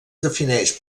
defineix